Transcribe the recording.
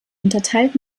unterteilt